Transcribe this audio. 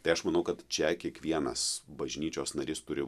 tai aš manau kad čia kiekvienas bažnyčios narys turi